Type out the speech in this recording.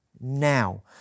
now